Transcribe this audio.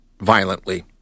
violently